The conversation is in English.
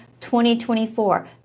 2024